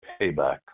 payback